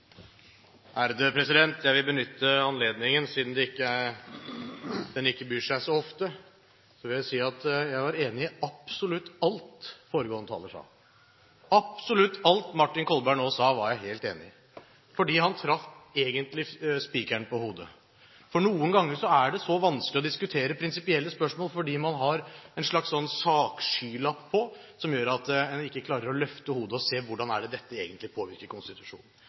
til avstemning. Jeg vil benytte anledningen, siden den ikke byr seg så ofte, til å si at jeg er enig i absolutt alt foregående taler sa. Absolutt alt Martin Kolberg nå sa, er jeg helt enig i, for han traff egentlig spikeren på hodet. Noen ganger er det så vanskelig å diskutere prinsipielle spørsmål, fordi man har en slags sakskylapp på som gjør at en ikke klarer å løfte hodet og se hvordan dette egentlig påvirker konstitusjonen.